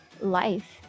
life